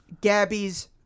Gabby's